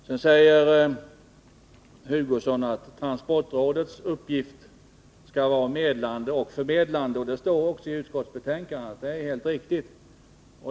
Sedan säger Kurt Hugosson att transportrådets uppgift skall vara medlande och förmedlande. Det står också i utskottsbetänkandet och är alldeles riktigt.